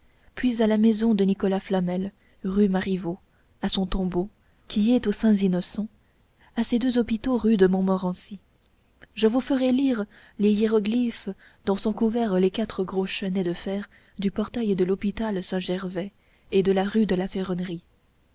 puis à la maison de nicolas flamel rue marivault à son tombeau qui est aux saints innocents à ses deux hôpitaux rue de montmorency je vous ferai lire les hiéroglyphes dont sont couverts les quatre gros chenets de fer du portail de l'hôpital saint-gervais et de la rue de la ferronnerie